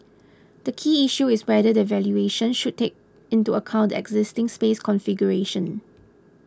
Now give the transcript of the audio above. the key issue is whether the valuation should take into account the existing space configuration